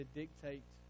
dictate